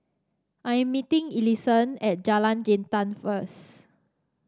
I am meeting Ellison at Jalan Jintan first